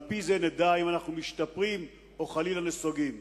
על-פי זה נדע אם אנחנו משתפרים או חלילה נסוגים.